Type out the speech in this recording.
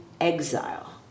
exile